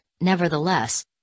nevertheless